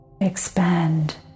Expand